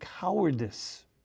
cowardice